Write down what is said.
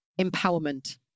empowerment